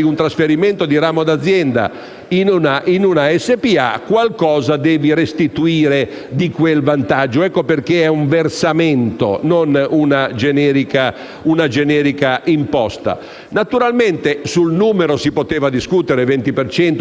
un trasferimento di ramo d'azienda in una SpA qualcosa deve restituire di quel vantaggio. Ecco perché è un versamento e non una generica imposta. Naturalmente sul numero si poteva discutere (20 o